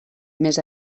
més